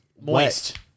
moist